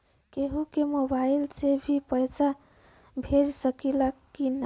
केहू के मोवाईल से भी पैसा भेज सकीला की ना?